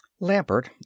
Lampert